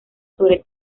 sobre